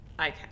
Okay